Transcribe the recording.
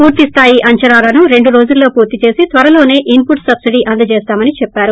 పూర్తి స్థాయి అంచనాలను రెండు రోజుల్లో పూర్తిచేసి త్వరలోనే ఇన్ పుట్ సబ్బిడీ అందజేస్తామన్న చెప్పారు